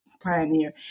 pioneer